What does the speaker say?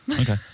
Okay